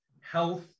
health